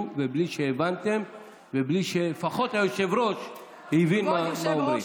ובלי שהבנתם ובלי שלפחות היושב-ראש הבין מה הוא אומר.